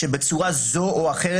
שבצורה זו או אחרת,